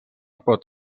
pot